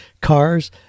cars